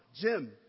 Jim